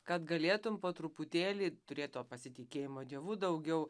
kad galėtum po truputėlį turėt to pasitikėjimo dievu daugiau